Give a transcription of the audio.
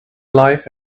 life